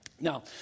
Now